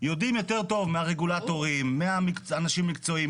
יודעים יותר טוב מהרגולטורים, מהאנשים המקצועיים.